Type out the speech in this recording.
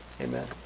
Amen